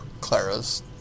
Clara's